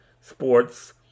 sports